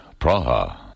Praha